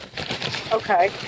Okay